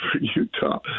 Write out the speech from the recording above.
Utah